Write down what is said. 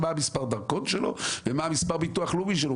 ומה מספר הדרכון שלו ומה מספר ביטוח הלאומי שלו.